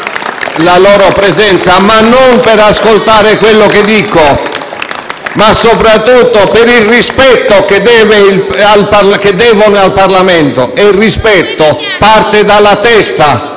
la loro presenza, ma non perché ascoltassero quello che dico, ma per il rispetto che devono al Parlamento e il rispetto parte dalla testa,